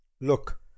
Look